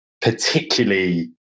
particularly